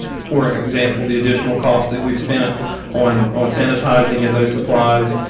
for and example, the additional costs that we spent on on sanitizing and those supplies,